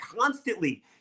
constantly